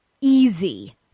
easy